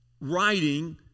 writing